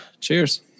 Cheers